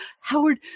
Howard